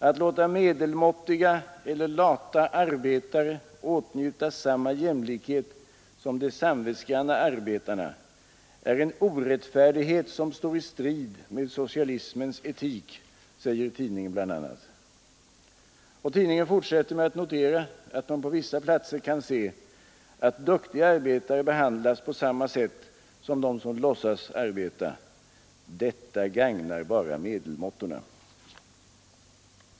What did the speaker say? Att låta medelmåttiga eller lata arbetare åtnjuta samma jämlikhet som de samvetsgranna arbetarna ”är en orättfärdighet som står i strid med socialismens etik”, säger tidningen bl.a. Och tidningen fortsätter med att notera, att man på vissa platser kan se ”att duktiga arbetare behandlas på samma sätt som de som låtsas arbeta — detta gagnar bara medelmåttorna”.